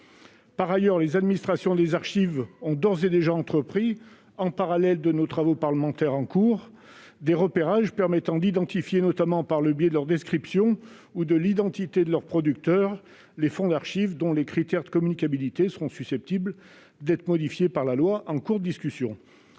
Par ailleurs, les administrations des archives ont d'ores et déjà entrepris, parallèlement à nos travaux parlementaires en cours, des repérages permettant d'identifier, notamment par le biais de leur description ou de l'identité de leurs producteurs, les fonds d'archives dont les critères de communicabilité seront susceptibles d'être modifiés par le présent texte. Enfin,